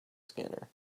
scanner